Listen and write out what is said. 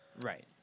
Right